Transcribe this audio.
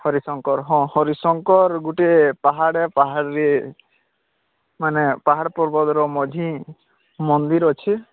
ହରିଶଙ୍କର ହଁ ହରିଶଙ୍କର ଗୋଟିଏ ପାହାଡ଼ ବାହାରେ ମାନେ ପାହାଡ଼ ପର୍ବତର ମଝି ମନ୍ଦିର ଅଛି